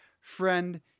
friend